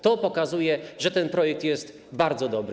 To pokazuje, że ten projekt jest bardzo dobry.